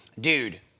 Dude